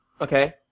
Okay